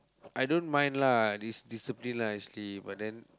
I don't mind lah is discipline lah actually but then